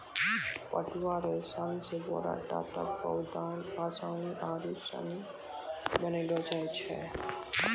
पटुआ रो सन से बोरा, टाट, पौदान, आसनी आरु सनी बनैलो जाय छै